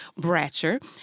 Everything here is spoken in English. Bratcher